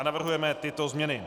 Navrhujeme tyto změny: